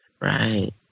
Right